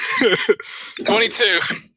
22